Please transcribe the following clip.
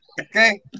Okay